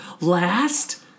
last